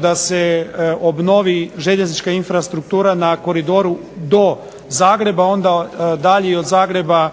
da se obnovi željeznička infrastruktura na koridoru do Zagreba, a onda dalje i od Zagreba